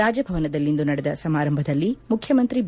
ರಾಜಭವನದಲ್ಲಿಂದು ನಡೆದ ಸಮಾರಂಭದಲ್ಲಿ ಮುಖ್ಯಮಂತ್ರಿ ಬಿ